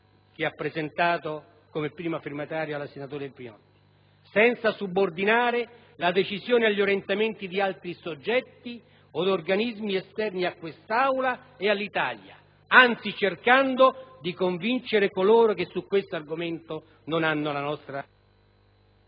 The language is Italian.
dalla senatrice Pinotti e da altri senatori, senza subordinare la decisione agli orientamenti di altri soggetti o di organismi esterni a quest'Aula ed all'Italia, anzi cercando di convincere coloro che, su questo argomento, non hanno la nostra